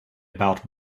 about